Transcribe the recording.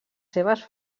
seves